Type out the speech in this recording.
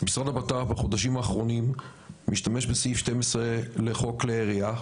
משרד הבט"פ בחודשים האחרונים משתמש בסעיף 12 לחוק כלי הירייה,